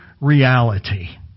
reality